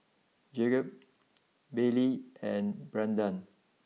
Jakob Baylee and Brandan